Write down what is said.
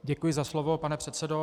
Děkuji za slovo, pane předsedo.